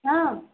ହଁ